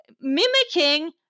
mimicking